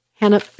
Hannah